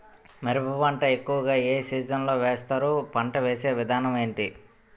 మిరప పంట ఎక్కువుగా ఏ సీజన్ లో వేస్తారు? పంట వేసే విధానం ఎంటి?